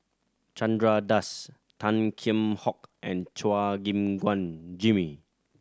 Chandra Das Tan Kheam Hock and Chua Gim Guan Jimmy